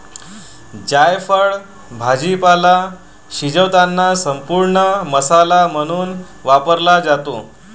जायफळ भाजीपाला शिजवताना संपूर्ण मसाला म्हणून वापरला जातो